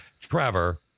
Trevor